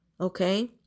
Okay